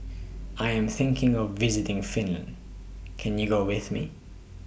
I Am thinking of visiting Finland Can YOU Go with Me